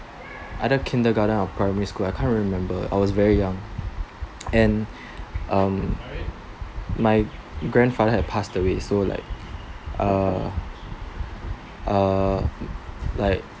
either kindergarten or primary school I can't really remember I was very young and um my grandfather had passed away so like uh uh like